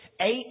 Eight